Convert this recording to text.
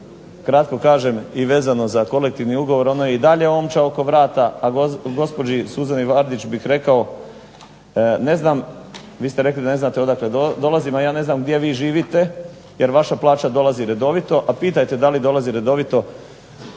kratko kažem vezano za kolektivni ugovor, ono je i dalje omča oko vrata, a gospođi Suzani VArdić bih rekao, vi ste rekli da ne znate odakle dolazimo, ja ne znam gdje vi živite, jer vaša plaća dolazi redovito a pitajte da li dolazi redovito